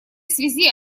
связи